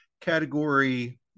category